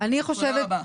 תודה רבה.